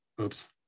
oops